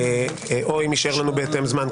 או אם יישאר לנו בהתאם זמן,